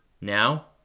now